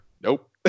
nope